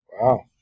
Wow